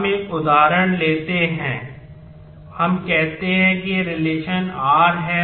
हम एक उदाहरण लेते हैं हम कहते हैं कि यह रिलेशन s है